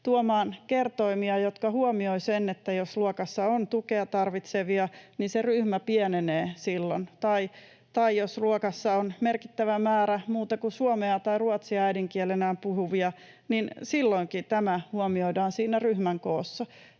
tuomaan kertoimia, jotka huomioivat sen, että jos luokassa on tukea tarvitsevia, niin se ryhmä pienenee silloin, tai jos luokassa on merkittävä määrä muuta kuin suomea tai ruotsia äidinkielenään puhuvia, niin tämä huomioidaan silloinkin siinä ryhmän koossa?